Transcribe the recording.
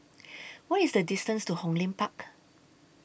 What IS The distance to Hong Lim Park